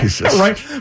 Right